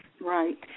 Right